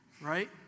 Right